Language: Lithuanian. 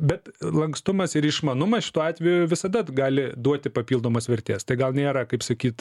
bet lankstumas ir išmanumas šituo atveju visada gali duoti papildomos vertės tai gal nėra kaip sakyt